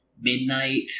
Midnight